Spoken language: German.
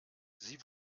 sie